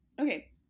Okay